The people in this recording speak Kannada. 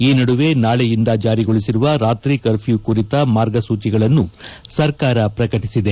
ಈ ನಡುವೆ ನಾಳೆಯಿಂದ ಜಾರಿಗೊಳಿಸಿರುವ ರಾತ್ರಿ ಕರ್ಫ್ಯೂ ಕುರಿತ ಮಾರ್ಗಸೂಚಿಗಳನ್ನು ಸರ್ಕಾರ ಪ್ರಕಟಟದೆ